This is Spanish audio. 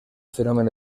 fenómeno